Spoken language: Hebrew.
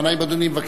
שהם בושה וחרפה